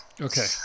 Okay